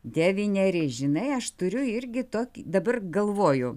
devyneri žinai aš turiu irgi tokį dabar galvoju